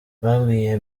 babwiye